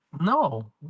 no